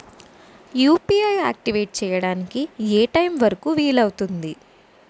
UPI activate చెయ్యడానికి ఏ time వరుకు వీలు అవుతుంది?